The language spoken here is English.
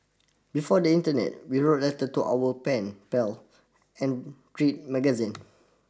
before the internet we wrote letters to our pen pals and read magazines